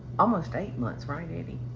almost eight months, right? eddie.